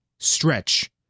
Stretch